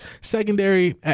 Secondary